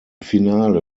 finale